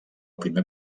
primer